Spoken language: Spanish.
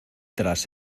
tras